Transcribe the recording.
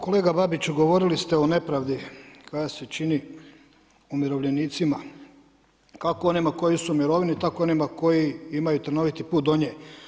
Kolega Babiću, govorili ste o nepravdi koja se čini umirovljenicima kako onima koji su u mirovini, tako i onima koji imaju trnoviti put do nje.